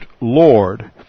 Lord